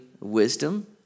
wisdom